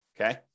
Okay